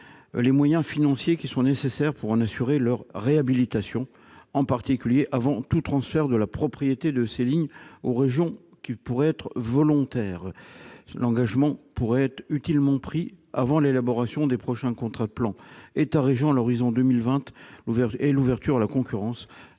les moyens financiers nécessaires pour en assurer la réhabilitation, en particulier avant tout transfert de la propriété de ces lignes aux régions volontaires. Cet engagement pourrait utilement être pris avant l'élaboration des prochains contrats de plan État-région à l'horizon de 2020 et l'ouverture à la concurrence.